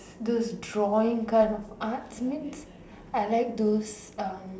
those drawing kind of arts means I like those um